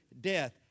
death